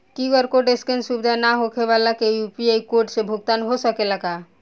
QR code scan सुविधा ना होखे वाला के यू.पी.आई कोड से भुगतान हो सकेला का?